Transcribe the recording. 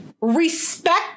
respect